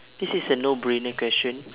this is a no-brainer question